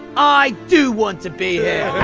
i do want to be here.